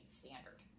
standard